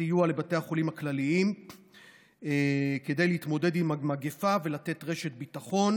סיוע לבתי החולים הכלליים כדי להתמודד עם המגפה ולתת רשת ביטחון